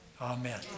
Amen